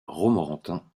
romorantin